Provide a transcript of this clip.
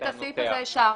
את הסעיף הזה אישרנו.